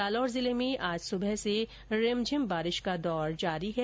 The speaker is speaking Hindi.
जालौर जिले में आज सुबह से रिमझिम बारिश का दौर जारी है